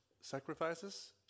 sacrifices